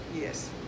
Yes